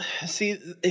see